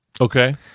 Okay